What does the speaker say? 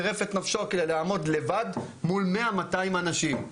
חירף את נפשו כדי לעמוד לבד מול 100 200 אנשים.